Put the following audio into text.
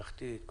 התחתית,